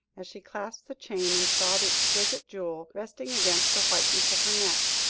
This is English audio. as she clasped the chain, and saw the exquisite jewel resting against the whiteness of her neck,